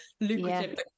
lucrative